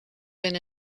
been